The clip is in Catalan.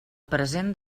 present